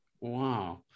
Wow